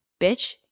bitch